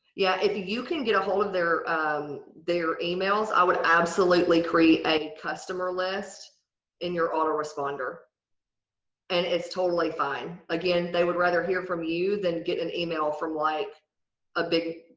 yeah, if you can get a hold of their their emails, i would absolutely create a customer list in your auto-responder and it's totally fine. again, they would rather hear from you than get an email from like a big,